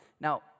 Now